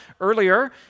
earlier